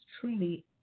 truly